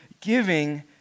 giving